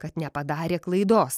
kad nepadarė klaidos